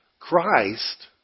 Christ